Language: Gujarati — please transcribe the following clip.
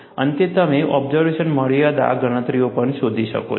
અંતે તમે ઓબ્ઝર્વેશન મર્યાદા ગણતરીઓ પણ શોધી શકો છો